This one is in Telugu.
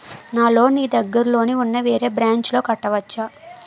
నా లోన్ నీ దగ్గర్లోని ఉన్న వేరే బ్రాంచ్ లో కట్టవచా?